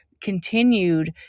continued